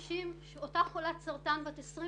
שאותה חולת סרטן בת 28,